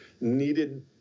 needed